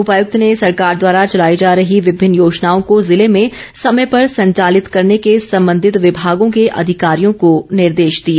उपायुक्त ने सरकार द्वारा चलाई जा रही विभिन्न योजनाओं को जिले में समय पर संचालित करने के संबंधित विभागों के अधिकारियों को निर्देश दिए